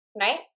right